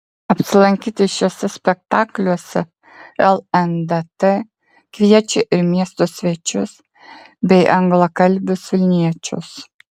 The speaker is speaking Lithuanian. apsilankyti šiuose spektakliuose lndt kviečia ir miesto svečius bei anglakalbius vilniečius